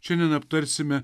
šiandien aptarsime